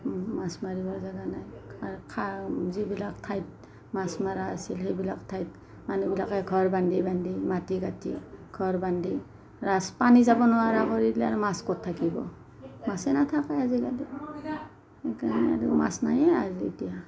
মাছ মাৰিবৰ জাগা নাই আৰু খাল যিবিলাক ঠাইত মাছ মাৰা আছিল সেইবিলাক ঠাইত মানুহবিলাকে ঘৰ বান্ধি বান্ধি মাটি কাটি ঘৰ বান্ধি ৰাচ পানী যাব নোৱাৰা কৰি দিলে আৰু মাছ ক'ত থাকিব মাছে নাথাকে আজিকালি সেইকাৰণে আৰু মাছ নায়েই আজি এতিয়া